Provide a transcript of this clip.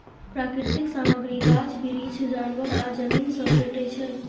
प्राकृतिक सामग्री गाछ बिरीछ, जानबर आ जमीन सँ भेटै छै